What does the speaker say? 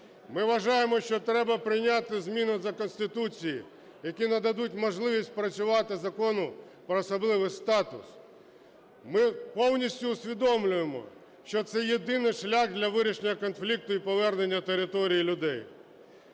Ми вважаємо, що треба прийняти зміни до Конституції, які нададуть можливість працювати Закону про особливий статус. Ми повністю усвідомлюємо, що це єдиний шлях для вирішення конфлікту і повернення територій і людей.